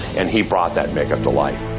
and he brought that make up to life.